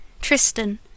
Tristan